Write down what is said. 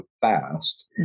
fast